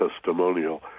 testimonial